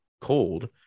cold